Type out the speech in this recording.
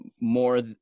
more